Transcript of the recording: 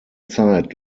zeit